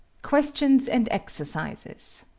questions and exercises